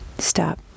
Stop